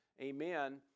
amen